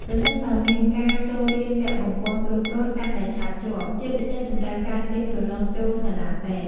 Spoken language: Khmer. ប្រសិនបើមានការចូលរៀនវគ្គបំប៉នគ្រប់គ្រាន់កាន់តែឆាប់ជាប់ ជាពិសេសសម្រាប់ការត្រៀមប្រឡងចូលសាលាពេទ្យ។